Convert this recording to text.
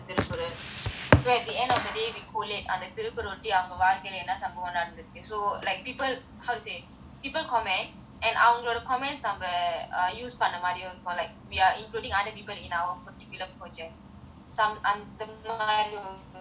so at the end of the day we collate அந்த திருக்குறள் ஒட்டி அவங்க வாழ்க்கைல என்ன சம்பவம் நடந்துச்சு:antha thirukkural otti avanga vaalkaila enna sambavam nadanthuchu so like people how to say people comment and அவங்களோட:avangaloda comments நம்ம:namma err used on the பண்ண மாறி இருக்கும்:panna maari irukkum like we are including other people in our particular project அந்த:antha mary ஒரு வாய்ப்பு இருக்க:oru vaaippu irukka ya